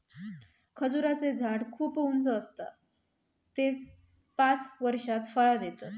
खजूराचें झाड खूप उंच आसता ते पांच वर्षात फळां देतत